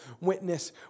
witness